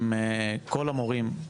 סליחה,